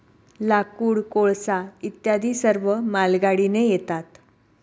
लाकूड, कोळसा इत्यादी सर्व मालगाडीने येतात